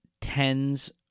tens